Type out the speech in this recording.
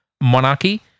monarchy